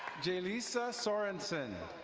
jalissa swaronson.